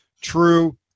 true